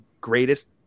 greatest